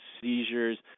seizures